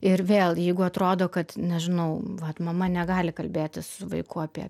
ir vėl jeigu atrodo kad nežinau vat mama negali kalbėtis su vaiku apie